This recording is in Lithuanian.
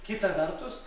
kita vertus